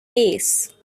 pace